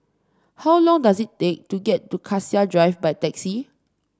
how long does it take to get to Cassia Drive by taxi